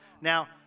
Now